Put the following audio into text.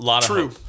True